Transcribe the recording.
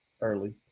early